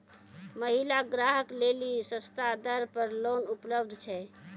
महिला ग्राहक लेली सस्ता दर पर लोन उपलब्ध छै?